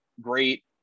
great